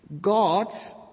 Gods